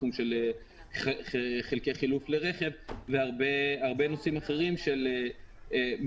בתחום של חלקי חילוף לרכב והרבה נושאים אחרים של מיקוד